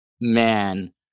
Man